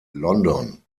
london